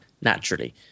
naturally